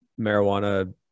marijuana